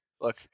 Look